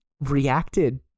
reacted